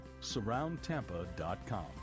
surroundtampa.com